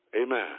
Amen